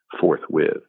forthwith